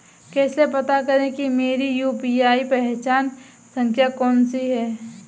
कैसे पता करें कि मेरी यू.पी.आई पहचान संख्या कौनसी है?